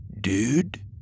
Dude